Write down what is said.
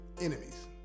enemies